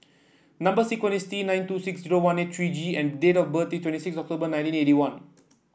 number sequence is T nine two six zero one eight three G and date of birth is twenty six October nineteen eighty one